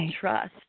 trust